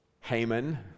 Haman